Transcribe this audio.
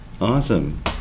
Awesome